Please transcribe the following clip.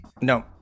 No